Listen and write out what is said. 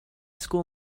school